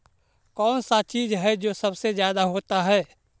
कौन सा ऐसा चीज है जो सबसे ज्यादा होता है?